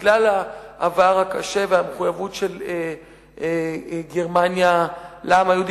בגלל העבר הקשה והמחויבות של גרמניה לעם היהודי,